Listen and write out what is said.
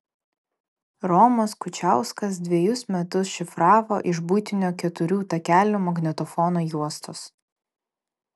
romas kučiauskas dvejus metus šifravo iš buitinio keturių takelių magnetofono juostos